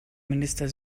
minister